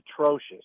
atrocious